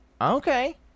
okay